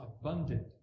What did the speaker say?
abundant